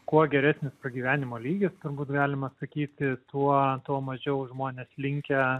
kuo geresnis pragyvenimo lygis turbūt galima sakyti tuo tuo mažiau žmonės linkę